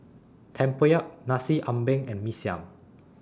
Tempoyak Nasi Ambeng and Mee Siam